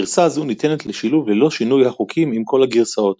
גרסה זו ניתנת לשילוב ללא שינוי החוקים עם כל הגרסאות,